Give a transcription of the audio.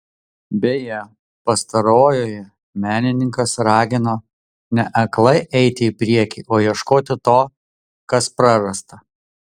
beje pastarojoje menininkas ragino ne aklai eiti į priekį o ieškoti to kas prarasta